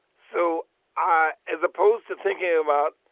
so i, as opposed to thinking about,